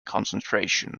concentration